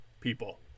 people